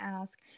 ask